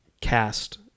cast